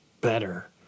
better